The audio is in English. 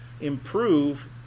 improve